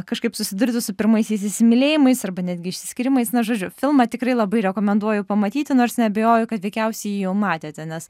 kažkaip susidurti su pirmaisiais įsimylėjimais arba netgi išsiskyrimais na žodžiu filmą tikrai labai rekomenduoju pamatyti nors neabejoju kad veikiausiai jį jau matėte nes